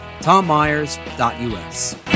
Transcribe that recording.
tommyers.us